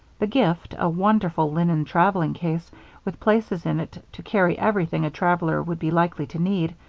the gift, a wonderful linen traveling case with places in it to carry everything a traveler would be likely to need,